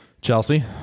Chelsea